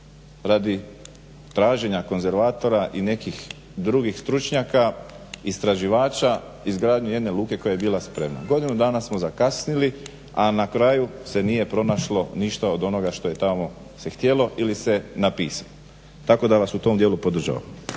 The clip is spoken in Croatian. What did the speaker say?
radi traženja konzervatora i nekih drugih stručnjaka, istraživača, izgradnju jedne luke koja je bila spremna. Godinu dana smo zakasnili, a na kraju se nije pronašlo ništa od onoga što je tamo se htjelo ili se napisalo. Tako da vas u tom dijelu podržavam.